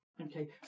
Okay